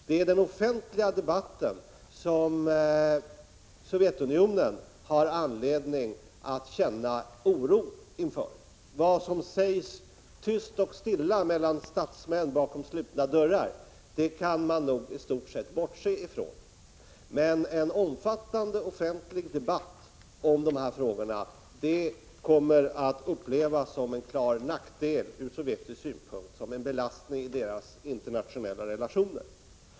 Det är den offentliga debatten som Sovjetunionen har anledning att känna oro inför. Vad som sägs tyst och stilla mellan statsmän bakom slutna dörrar kan man nog i stort sett bortse ifrån, men en omfattande offentlig debatt om dessa frågor kommer att upplevas som en klar nackdel ur sovjetisk synpunkt, som en belastning i deras internationella relationer.